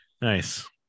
Nice